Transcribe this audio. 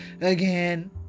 again